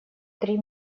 три